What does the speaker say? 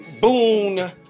Boone